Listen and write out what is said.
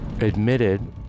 admitted